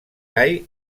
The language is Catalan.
gai